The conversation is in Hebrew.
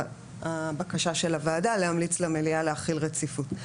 הבקשה של הוועדה להמליץ למליאה להחיל את הרציפות.